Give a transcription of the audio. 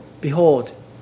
behold